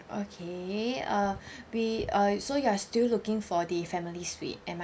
okay uh we uh so you are still looking for the family suite am I